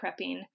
prepping